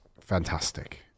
fantastic